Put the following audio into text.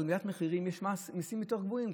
על עליית המחירים יש מיסים יותר גבוהים.